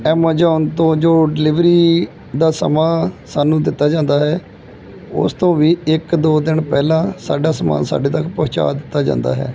Amazon ਤੋਂ ਜੋ delivery ਦਾ ਸਮਾਂ ਸਾਨੂੰ ਦਿੱਤਾ ਜਾਂਦਾ ਹੈ ਉਸ ਤੋਂ ਵੀ ਇੱਕ ਦੋ ਦਿਨ ਪਹਿਲਾਂ ਸਾਡਾ ਸਮਾਨ ਸਾਡੇ ਤੱਕ ਪਹੁੰਚਾ ਦਿੱਤਾ ਜਾਂਦਾ ਹੈ